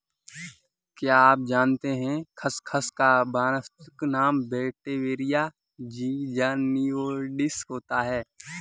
क्या आप जानते है खसखस का वानस्पतिक नाम वेटिवेरिया ज़िज़नियोइडिस होता है?